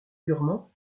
durement